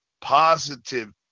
positive